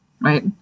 Right